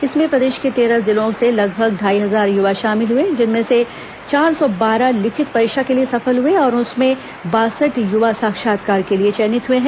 इसमें प्रदेश के तेरह जिलों के लगभग ढाई हजार युवा शामिल हुए जिसमें से चार सौ बारह लिखित परीक्षा के लिए सफल हुए और उसमें बासठ युवा साक्षात्कार के लिए चयनित हुए है